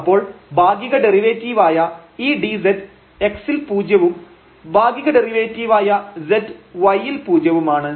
അപ്പോൾ ഭാഗിക ഡെറിവേറ്റീവായ ഈ dz x ൽ പൂജ്യവും ഭാഗിക ഡെറിവേറ്റീവായ z yൽ പൂജ്യവുമാണ്